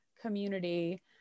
community